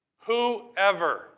Whoever